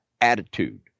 attitude